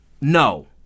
no